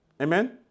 Amen